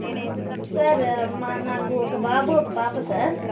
sir మా నాకు ఒక బాబు ఒక పాప సార్